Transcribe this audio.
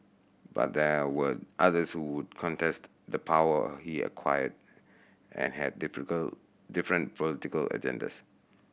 but there were others who contest the power he acquired and had difficult different political agendas